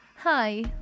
Hi